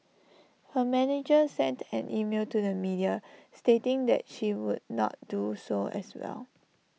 her manager sent an email to the media stating that she would not do so as well